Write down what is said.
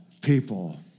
people